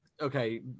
Okay